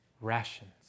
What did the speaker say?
rations